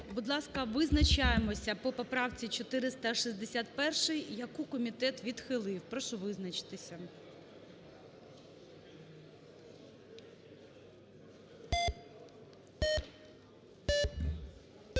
Будь ласка, визначаємося по поправці 461, яку комітет відхилив. Прошу визначитися.